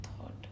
thought